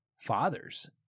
fathers